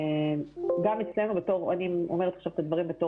גם אצלנו אני אומרת עכשיו את הדברים בתור